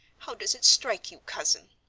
how does it strike you, cousin?